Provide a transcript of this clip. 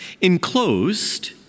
Enclosed